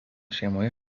šeimoje